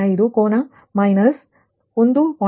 98305 ಕೋನ ಮೈನಸ್ 1